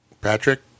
Patrick